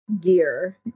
gear